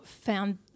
found